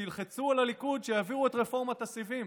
שילחצו על הליכוד שיעבירו את רפורמת הסיבים.